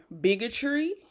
bigotry